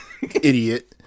idiot